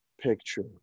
picture